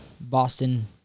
Boston